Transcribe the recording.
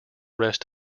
rest